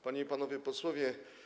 Panie i Panowie Posłowie!